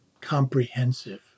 comprehensive